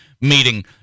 meeting